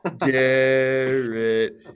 Garrett